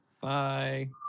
Bye